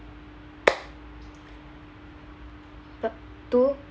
part two